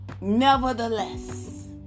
Nevertheless